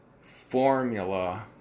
formula